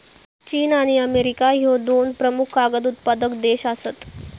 चीन आणि अमेरिका ह्ये दोन प्रमुख कागद उत्पादक देश आसत